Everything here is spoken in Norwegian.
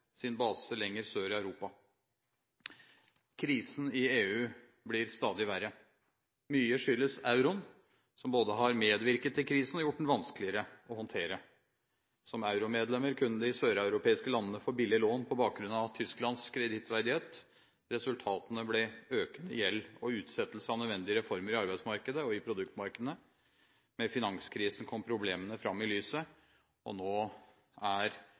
sin base lenger sør i Europa. Krisen i EU blir stadig verre. Mye skyldes euroen, som har både medvirket til krisen og gjort den vanskeligere å håndtere. Som euromedlemmer kunne de søreuropeiske landene få billige lån på bakgrunn av Tysklands kredittverdighet. Resultatet ble økende gjeld og utsettelse av nødvendige reformer i arbeidsmarkedet og i produktmarkedet. Med finanskrisen kom problemene fram i lyset, og nå er